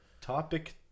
Topic